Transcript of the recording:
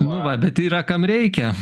nu va bet yra kam reikia